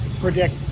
predict